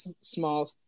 small